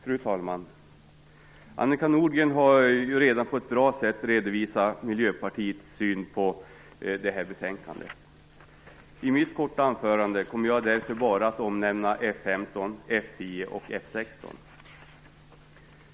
Fru talman! Annika Nordgren har redan på ett bra sätt redovisat Miljöpartiets syn på det här betänkandet. I mitt korta anförande kommer jag därför bara att omnämna F 15, F 10 och F 16.